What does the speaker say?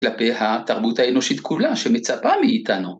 כלפי התרבות האנושית כולה שמצפה מאיתנו.